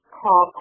call